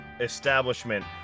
establishment